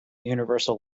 universal